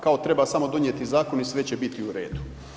Kao treba smo donijeti zakon i sve će biti u redu.